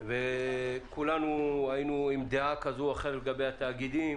דיברנו על התאגידים